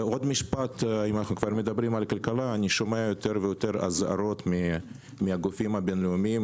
אני שומע יותר ויותר אזהרות מהגופים הבינוניים,